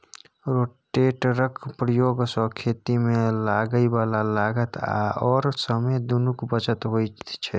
रोटेटरक प्रयोग सँ खेतीमे लागय बला लागत आओर समय दुनूक बचत होइत छै